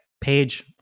Page